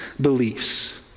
beliefs